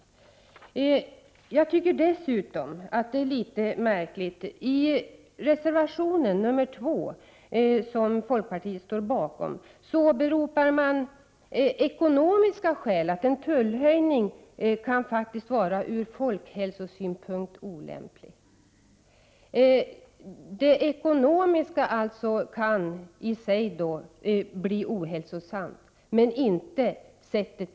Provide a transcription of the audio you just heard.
Vidare tycker jag att det är litet märkligt att man i reservation 2 av Prot. 1988/89:36 folkpartiet åberopar ekonomiska skäl. Det sägs där att en tullhöjning faktiskt 1 december 1988 kan vara olämplig ur folkhälsosynpunkt. Ekonomiska skäl — inte sättet På.